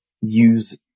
use